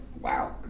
wow